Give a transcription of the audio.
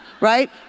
right